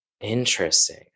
Interesting